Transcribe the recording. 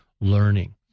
learning